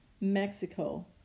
Mexico